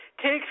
take